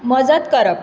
मजत करप